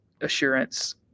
assurance